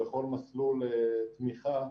בכל מסלול תמיכה,